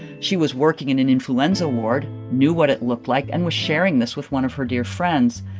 she was working in an influenza ward, knew what it looked like and was sharing this with one of her dear friends.